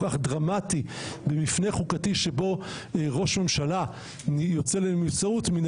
כל כך דרמטי במבנה חוקתי שבו ראש ממשלה יוצא לנבצרות מן